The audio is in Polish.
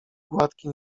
gładki